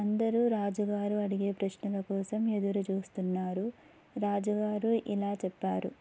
అందరు రాజుగారు అడిగే ప్రశ్నల కోసం ఎదురు చూస్తున్నారు రాజుగారు ఇలా చెప్పారు